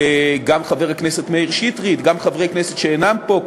גם חבר הכנסת מאיר שטרית וגם חברי כנסת שאינם פה,